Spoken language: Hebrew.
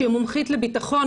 שהיא מומחית לביטחון,